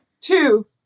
Two